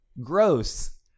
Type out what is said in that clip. gross